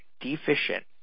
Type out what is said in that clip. deficient